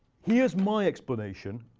here's my explanation,